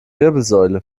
wirbelsäule